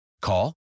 Call